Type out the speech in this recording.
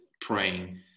praying